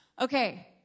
Okay